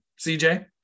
CJ